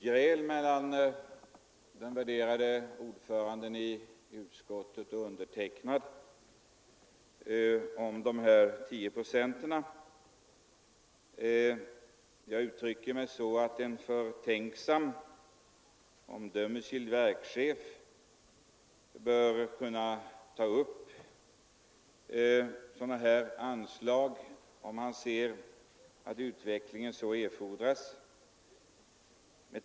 Herr talman! Det är ett ständigt gräl mellan utskottets värderade ordförande och mig om de här 10 procenten. Jag uttrycker mig så, att en förtänksam, omdömesgill verkschef bör kunna ta upp sådana här anslag om han anser att utvecklingen erfordrar det.